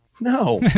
No